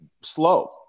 slow